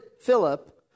Philip